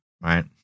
right